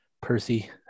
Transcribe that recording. Percy